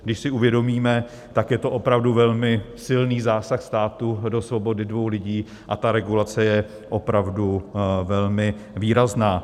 Když si uvědomíme, tak je to opravdu velmi silný zásah státu do svobody dvou lidí a ta regulace je opravdu velmi výrazná.